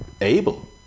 able